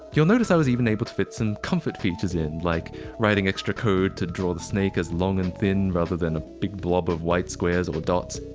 you'll notice i was even able to fit some comfort features in, like writing extra code to draw the snake as long and thin rather than a big blob of white squares or dots,